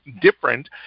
different